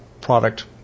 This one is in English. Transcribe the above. product